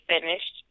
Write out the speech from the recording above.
finished